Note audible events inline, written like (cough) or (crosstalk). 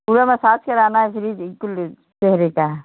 पूरा मसाज कराना है (unintelligible) कुल चेहरे का